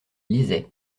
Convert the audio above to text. lisait